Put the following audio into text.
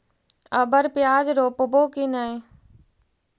अबर प्याज रोप्बो की नय?